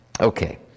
Okay